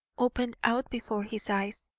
opened out before his eyes.